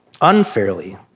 unfairly